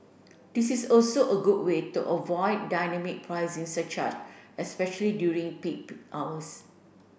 this is also a good way to avoid dynamic pricing surcharge especially during peak hours